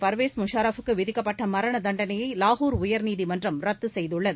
பர்வேஸ் முஷாரப்புக்கு விதிக்கப்பட்ட மரண தண்டனையை லாகூர் உயர்நீதிமன்றம் ரத்து செய்துள்ளது